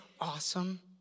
awesome